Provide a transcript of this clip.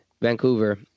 Vancouver